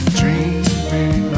dreaming